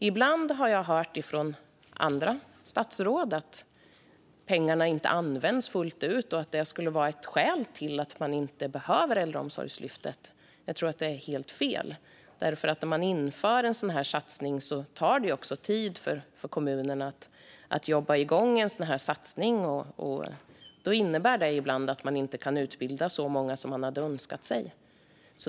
Ibland har jag hört från andra statsråd att pengarna inte används fullt ut och att detta skulle innebära att man inte behöver Äldreomsorgslyftet. Jag tror att detta är helt fel. När man inför en sådan här satsning tar det tid för kommunerna att komma igång med den, och det innebär ibland att man inte kan utbilda så många som man hade önskat.